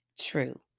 true